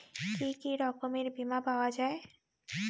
কি কি রকমের বিমা পাওয়া য়ায়?